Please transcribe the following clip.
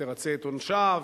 והיא תרצה את עונשה,